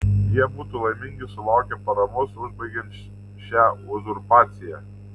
jie būtų laimingi sulaukę paramos užbaigiant šią uzurpaciją